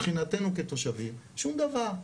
מבחינתנו כתושבים שום דבר.